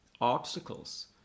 obstacles